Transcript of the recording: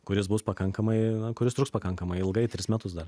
kuris bus pakankamai kuris truks pakankamai ilgai tris metus